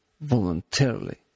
Voluntarily